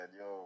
yo